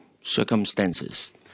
circumstances